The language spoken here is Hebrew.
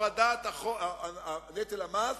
הורדת המס